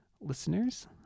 listeners